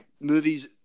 movies